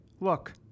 Look